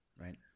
Right